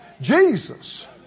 Jesus